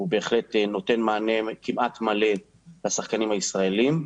הוא בהחלט נותן מענה כמעט מלא לשחקנים הישראלים.